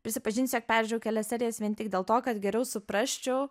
prisipažiniu jog peržėjau kelias serijas vien tik dėl to kad geriau suprasčiau